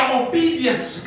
obedience